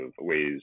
ways